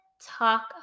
talk